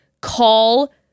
call